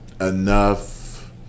enough